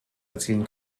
erzielen